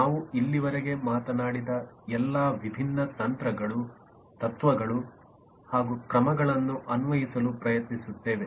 ನಾವು ಇಲ್ಲಿಯವರೆಗೆ ಮಾತನಾಡಿದ ಎಲ್ಲಾ ವಿಭಿನ್ನ ತಂತ್ರಗಳು ತತ್ವಗಳು ಹಾಗೂ ಕ್ರಮಗಳನ್ನು ಅನ್ವಯಿಸಲು ಪ್ರಯತ್ನಿಸುತ್ತೇವೆ